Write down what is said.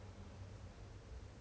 career future or something